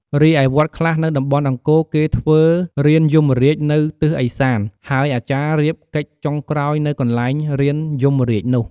រីឯវត្តខ្លះនៅតំបន់អង្គរ គេធ្វើរានយមរាជនៅទិសឦសាន ហើយអាចារ្យរៀបកិច្ចចុងក្រោយនៅកន្លែងរានយមរាជនោះ។